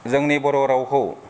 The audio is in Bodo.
जोंनि बर' रावखौ